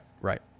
right